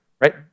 right